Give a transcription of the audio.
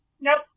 Nope